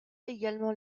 également